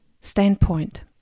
standpoint